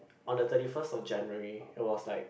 on the thirty first of January it was like